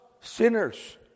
sinners